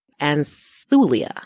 Anthulia